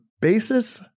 basis